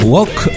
Walk